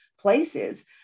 places